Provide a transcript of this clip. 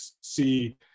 see